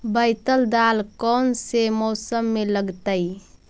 बैतल दाल कौन से मौसम में लगतैई?